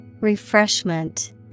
Refreshment